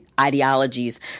ideologies